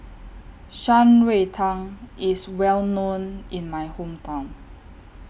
Shan Rui Tang IS Well known in My Hometown